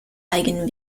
eigenen